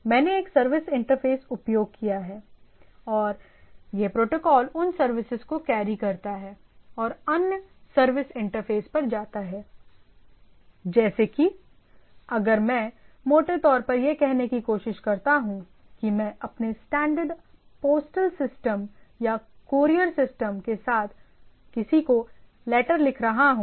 मैंने एक service interface उपयोग किया है और यह प्रोटोकॉल उन सर्विसेज को कैरी करता है और अन्य सर्विस इंटरफेस पर जाता है जैसे कि अगर मैं मोटे तौर पर यह कहने की कोशिश करता हूं कि मैं अपने स्टैंडर्ड पोस्टल सिस्टम या कूरियर सिस्टम के साथ किसी को लेटर लिख रहा हूं